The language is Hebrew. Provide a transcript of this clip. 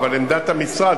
אבל עמדת המשרד,